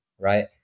Right